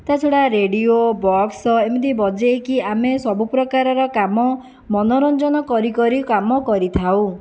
ତା ଛଡ଼ା radio box ଏମିତି ବଜାଇକି ଆମେ ସବୁ ପ୍ରକାରର କାମ ମନୋରଞ୍ଜନ କରି କରି କାମ କରିଥାଉ